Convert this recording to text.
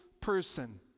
person